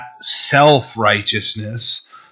self-righteousness